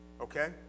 Okay